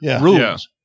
rules